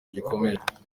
gikomeye